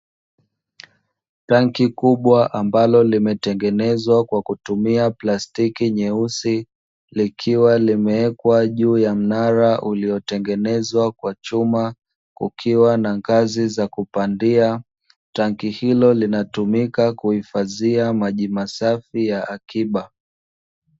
Tangi kubwa ambalo limetengenezwa kwa kutumia plastiki nyeusi, likiwa limewekwa juu ya mnara uliotengenezwa kwa chuma, kukiwa na ngazi za kupandia. Tangi hilo linatumika kuhifadhia maji masafi ya akiba.